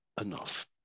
enough